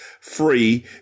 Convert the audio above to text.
Free